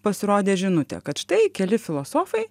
pasirodė žinutė kad štai keli filosofai